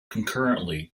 concurrently